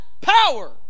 power